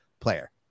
player